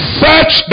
search